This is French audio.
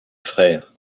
frère